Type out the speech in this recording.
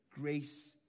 Grace